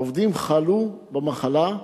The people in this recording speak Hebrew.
עובדים חלו במחלה,